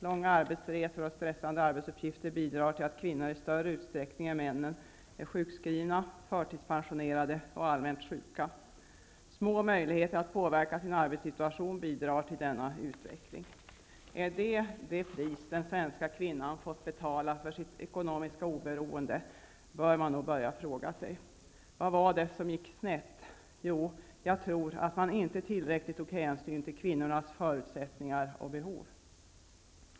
Långa arbetsresor och stressande arbetsuppgifter bidrar till att kvinnor i större utsträckning än män är sjukskrivna, förtidspensionerade och allmänt sjuka. Små möjligheter att påverka sin arbetssituatuion bidrar till denna utveckling. Man bör nog ställa frågan om det är detta pris som den svenska kvinnan har fått betala för sitt ekonomiska oberoende. Vad var det som gick snett? Jo, jag tror att man inte tillräckligt mycket tog hänsyn till kvinnornas förutsättningar och behov.